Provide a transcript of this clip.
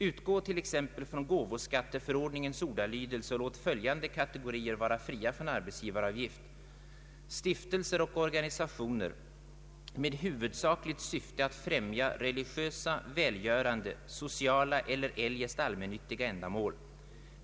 Utgå t.ex. från gåvoskatteförordningens ordalydelse och låt följande kategorier vara fria från arbetsgivaravgift, nämligen stiftelser och organisationer med huvudsakligt syfte att främja religiösa, välgörande, sociala eller eljest allmännyttiga ändamål.